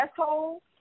asshole